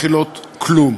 מכילות כלום.